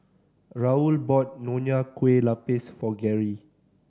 Raul bought Nonya Kueh Lapis for Garry